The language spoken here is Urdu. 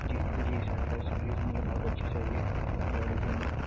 جی جی سر فیسلٹیز مجھے بہت اچھی چاہیے گاڑی کے اندر